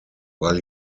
while